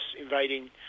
invading